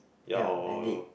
ya or